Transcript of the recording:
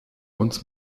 uns